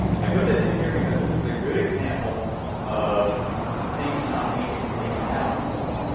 i put this in here because this is a good example of things not being taken down on tor.